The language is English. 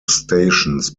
stations